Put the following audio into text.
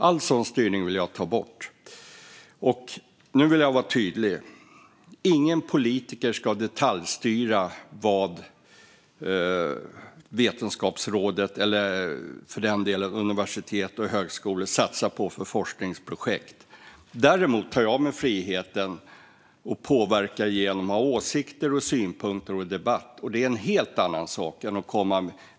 All sådan styrning vill jag ta bort. Nu vill jag vara tydlig: Ingen politiker ska detaljstyra vilka forskningsprojekt som Vetenskapsrådet eller, för den delen, universitet och högskolor satsar på. Däremot tar jag mig friheten att påverka genom att ha åsikter och synpunkter och föra debatt, och det är en helt annan sak.